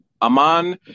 Aman